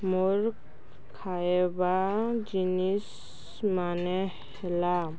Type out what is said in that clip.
ମୋର୍ ଖାଇବା ଜିନିଷ୍ମାନେ ହେଲା